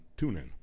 TuneIn